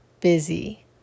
busy